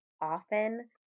often